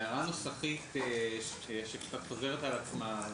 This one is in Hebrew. הערה נוסחית שחוזרת על עצמה.